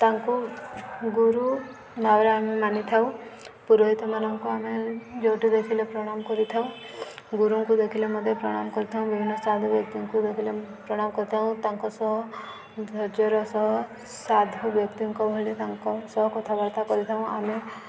ତାଙ୍କୁ ଗୁରୁ ଭାବରେ ଆମେ ମାନିଥାଉ ପୁରୋହିତମାନଙ୍କୁ ଆମେ ଯେଉଁଠୁ ଦେଖିଲେ ପ୍ରଣାମ କରିଥାଉ ଗୁରୁଙ୍କୁ ଦେଖିଲେ ମଧ୍ୟ ପ୍ରଣାମ କରିଥାଉ ବିଭିନ୍ନ ସାଧୁ ବ୍ୟକ୍ତିଙ୍କୁ ଦେଖିଲେ ପ୍ରଣାମ କରିଥାଉ ତାଙ୍କ ସହ ଧର୍ଯ୍ୟର ସହ ସାଧୁ ବ୍ୟକ୍ତିଙ୍କ ଭଳି ତାଙ୍କ ସହ କଥାବାର୍ତ୍ତା କରିଥାଉ ଆମେ